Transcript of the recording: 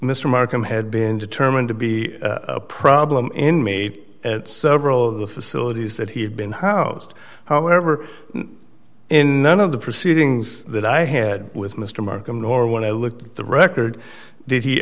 mr markham had been determined to be a problem in made at several of the facilities that he had been housed however in none of the proceedings that i had with mr markham nor when i looked at the record did he